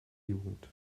jugend